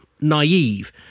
naive